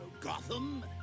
Gotham